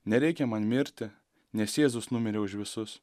nereikia man mirti nes jėzus numirė už visus